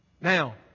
Now